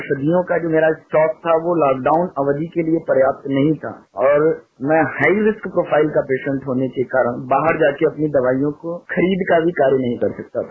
औषधियों का जो मेरा स्टाक था वह लॉकडाउन अवधि के लिये पर्याप्त नहीं था और मैं हैंडलिस्ट प्रोफाइल का पेशेन्ट होने के कारण बाहर जाकर अपनी दवाइयों को खरीद का भी कार्य नहीं कर सकता था